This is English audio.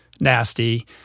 nasty